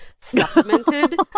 supplemented